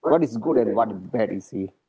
what is good and what bad you see